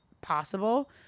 possible